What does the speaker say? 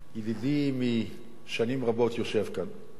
ידידי משנים רבות, יושב כאן.